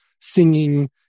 singing